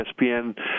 ESPN